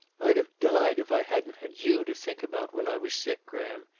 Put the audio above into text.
i'd have died if i hadn't had you to think about when i was sick, graham.